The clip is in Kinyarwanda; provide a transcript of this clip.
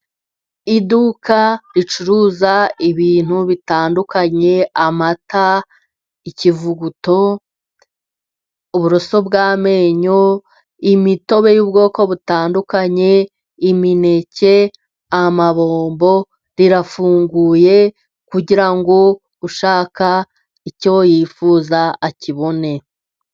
Iduka ricuruza ibintu bitandukanye: Amata, ikivuguto, uburoso bw'amenyo, imitobe y'ubwoko butandukanye, imineke, amabombo rirafunguye kugirango ushaka icyo yifuza akibone.